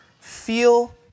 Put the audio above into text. feel